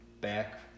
back